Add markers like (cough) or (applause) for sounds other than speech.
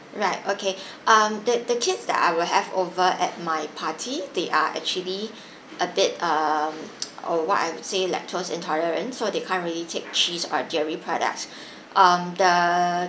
right okay um the the kids that I will have over at my party they are actually a bit um (noise) uh what I would say lactose intolerant so they can't really take cheese or dairy products um the